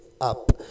Up